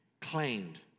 claimed